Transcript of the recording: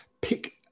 pick